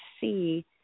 see